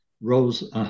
rose